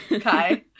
Kai